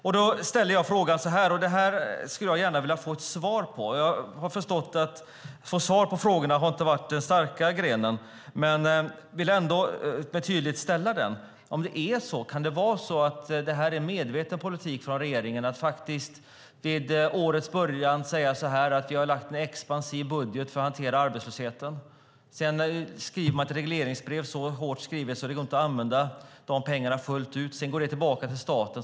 Jag ställde en fråga som jag gärna skulle vilja få ett svar på, även om jag har förstått att detta att svara på frågorna inte är den starka grenen. Jag frågar ändå: Kan det vara så att det är en medveten politik från regeringen? Vid årets början säger man att man har lagt en expansiv budget för att hantera arbetslösheten, och sedan skriver man ett så hårt styrt regleringsbrev att det inte går att använda pengarna fullt ut utan de går tillbaka till staten.